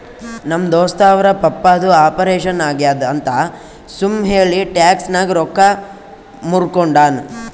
ನಮ್ ದೋಸ್ತ ಅವ್ರ ಪಪ್ಪಾದು ಆಪರೇಷನ್ ಆಗ್ಯಾದ್ ಅಂತ್ ಸುಮ್ ಹೇಳಿ ಟ್ಯಾಕ್ಸ್ ನಾಗ್ ರೊಕ್ಕಾ ಮೂರ್ಕೊಂಡಾನ್